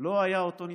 לא היה אותו ניצחון,